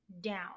down